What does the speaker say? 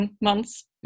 months